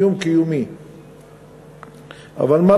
איום קיומי.